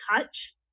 touch